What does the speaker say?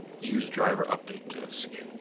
use driver update disc.